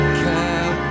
care